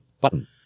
button